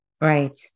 Right